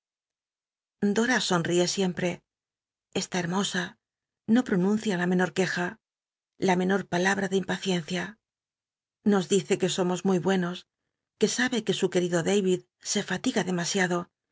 dora sorwic siempre esl i hermosa no ponuncia la menor queja la menor palabra de impaciencia nos dice que somos muy buenos qu e sabe que su querido da id se fatiga demasiad